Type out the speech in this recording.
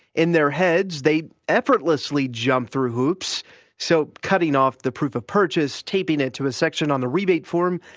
in their heads, they effortlessly jump through hoops so cutting off the proof of purchase, taping it to a section on the rebate form,